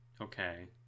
Okay